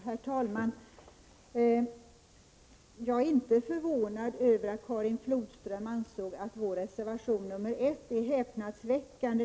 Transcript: Herr talman! Jag är inte förvånad över att Karin Flodström ansåg att vår reservation 1 är häpnadsväckande.